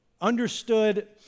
understood